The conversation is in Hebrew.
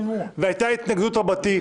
והייתה התנגדות רבתי.